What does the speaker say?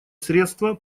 средства